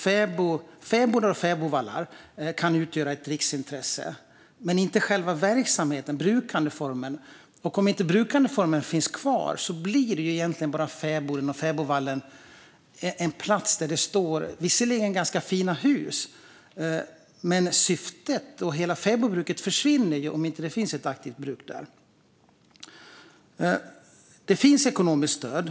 Fäbodar och fäbodvallar kan utgöra ett riksintresse, men inte själva verksamheten och brukandeformen, säger ministern. Men om inte brukandeformen finns kvar blir fäboden och fäbodvallen egentligen bara en plats där det står visserligen ganska fina hus. Syftet försvinner ju om det inte bedrivs ett aktivt fäbodbruk. Det finns ekonomiskt stöd.